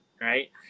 right